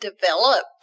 developed